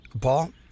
Paul